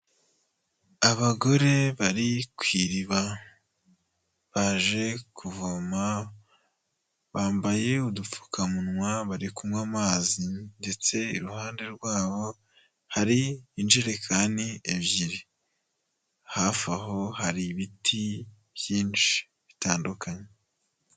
Abagore bari ku iriba baje kuvoma, bambaye udupfukamunwa, bari kunywa amazi ndetse iruhande rwabo hari injerekani ebyiri. Hafi aho hari ibiti byinshi bitandukanye.